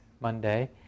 Monday